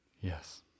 yes